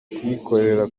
kuyikorera